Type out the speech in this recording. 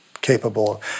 capable